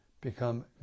become